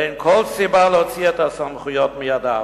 ואין כל סיבה להוציא את הסמכויות מידיו.